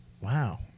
Wow